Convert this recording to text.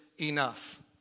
enough